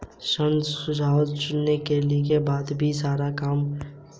ऋण सुझाव चुनने के बाद मुझे मेरा सारा ऋण विवरण दिख जाता है